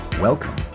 Welcome